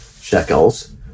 shekels